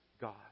God